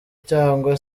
cyangwa